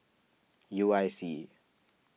U I C